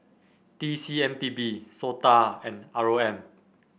T C M P B SOTA and R O M